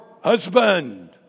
husband